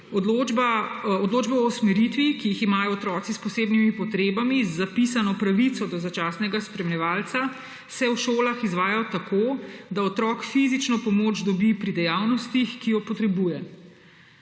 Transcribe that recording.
Odločba o usmeritvi, ki jih imajo otroci s posebnimi potrebami, z zapisano pravico do začasnega spremljevalca se je v šolah izvajala tako, da otrok fizično pomoč dobi pri dejavnostih, ki jo potrebuje.